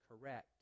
correct